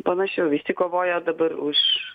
panašiau visi kovoja dabar už